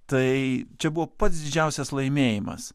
tai čia buvo pats didžiausias laimėjimas